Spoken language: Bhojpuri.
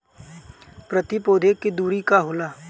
प्रति पौधे के दूरी का होला?